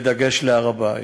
בדגש על הר-הבית.